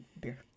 beer